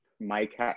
Mike